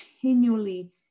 continually